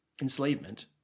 enslavement